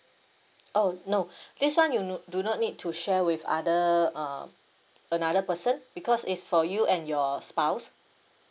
oh no this one you d~ do not need to share with other uh another person because is for you and your spouse